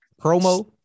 promo